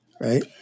right